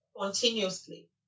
continuously